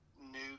new